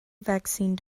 vaccine